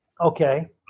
Okay